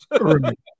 Right